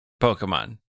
Pokemon